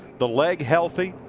the leg healthy.